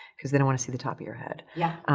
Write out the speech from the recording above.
because they don't wanna see the top of your head. yeah.